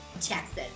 Texas